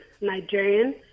Nigerian